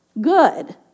good